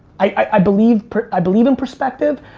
i believe i believe in perspective.